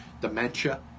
dementia